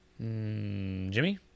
Jimmy